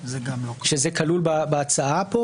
שזה כלול פה בהצעה,